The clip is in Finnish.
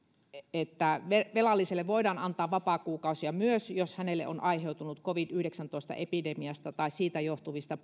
että velalliselle voidaan antaa vapaakuukausia myös jos hänelle on aiheutunut covid yhdeksäntoista epidemiasta tai siitä johtuvista